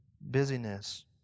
busyness